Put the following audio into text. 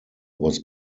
was